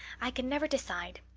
i can never decide.